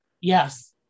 Yes